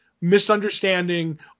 misunderstanding